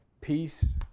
Peace